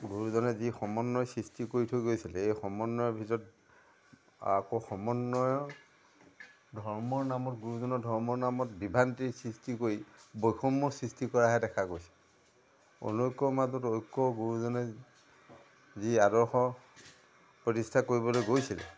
গুৰুজনে যি সমন্বয় সৃষ্টি কৰি থৈ গৈছিলে এই সমন্বয়ৰ ভিতৰত আকৌ সমন্বয়ৰ ধৰ্মৰ নামত গুৰুজনৰ ধৰ্মৰ নামত বিভ্ৰান্তিৰ সৃষ্টি কৰি বৈসম্য সৃষ্টি কৰাহে দেখা গৈছে অনৈক্যৰ মাজত ঐক্য গুৰুজনে যি আদৰ্শ প্ৰতিষ্ঠা কৰিবলৈ গৈছিলে